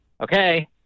okay